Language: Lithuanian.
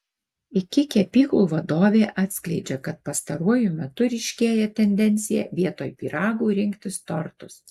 iki kepyklų vadovė atskleidžia kad pastaruoju metu ryškėja tendencija vietoj pyragų rinktis tortus